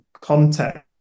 context